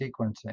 sequencing